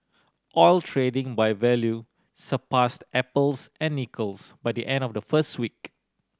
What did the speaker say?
oil trading by value surpassed apples and nickels by the end of the first week